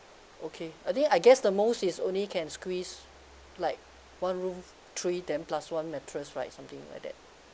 okay I think I guess the most is only can squeeze like one room three then plus one mattress right something like that